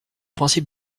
principe